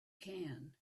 can